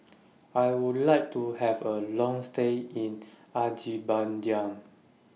I Would like to Have A Long stay in Azerbaijan